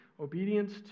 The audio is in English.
Obedience